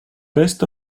best